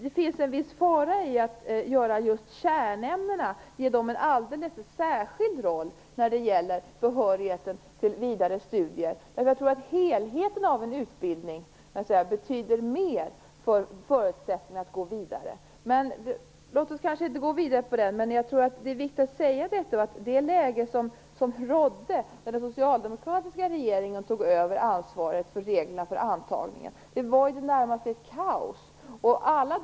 Det ligger en viss fara i att ge just kärnämnena en alldeles särskild roll när det gäller behörigheten till vidare studier. Jag tror att helheten i en utbildning betyder mera för förutsättningarna att gå vidare. Det är viktigt att framhålla detta. Det läge som rådde då den socialdemokratiska regeringen tog över ansvaret för antagningsreglerna kan i det närmaste beskrivas som ett kaos.